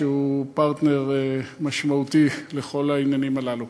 שהוא פרטנר משמעותי לכל העניינים הללו.